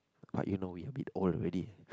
but you know you a bit old already